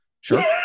Sure